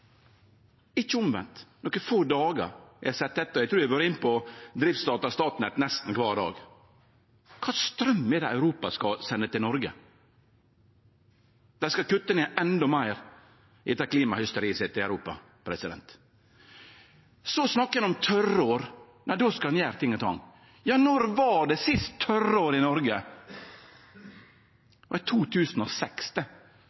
ikkje omvend. Nokre få dagar har eg sett det, og eg trur eg har vore inne på driftsdata.statnett.no nesten kvar dag. Kva straum er det Europa skal sende til Noreg? Dei skal kutte ned endå meir etter klimahysteriet sitt i Europa. Så snakkar ein om tørrår – nei, då skal ein gjere ting og tang. Ja, når var det sist tørrår i